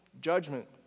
judgment